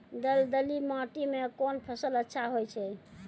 दलदली माटी म कोन फसल अच्छा होय छै?